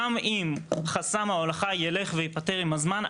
גם אם חסם ההולכה ילך וייפתר עם הזמן,